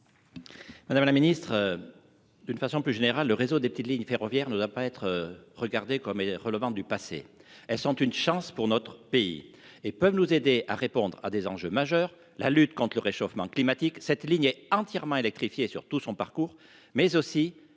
Madame la Ministre. D'une façon plus générale le réseau des petites lignes ferroviaires ne doit pas être regardée comme relevant du passé. Elles sont une chance pour notre pays et peuvent nous aider à répondre à des enjeux majeurs, la lutte contre le réchauffement climatique. Cette ligne est entièrement électrifiés surtout son parcours mais aussi